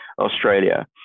Australia